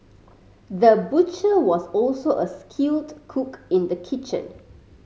the butcher was also a skilled cook in the kitchen